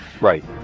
Right